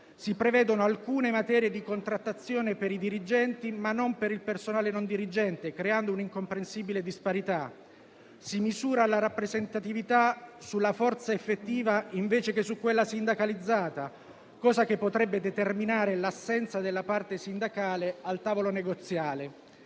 Si prevedono alcune materie di contrattazione per i dirigenti, ma non per il personale non dirigente, creando un'incomprensibile disparità. Si misura la rappresentatività sulla forza effettiva, invece che su quella sindacalizzata, cosa che potrebbe determinare l'assenza della parte sindacale al tavolo negoziale.